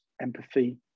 empathy